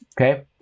Okay